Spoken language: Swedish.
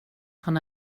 han